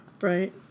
right